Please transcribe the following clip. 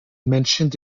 mentioned